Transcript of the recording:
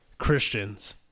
christians